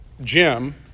Jim